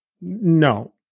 No